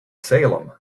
salem